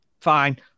fine